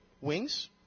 Wings